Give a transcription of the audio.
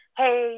hey